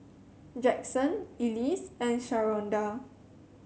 Jaxson Elise and Sharonda